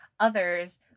others